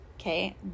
Okay